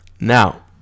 Now